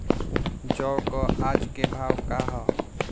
जौ क आज के भाव का ह?